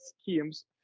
schemes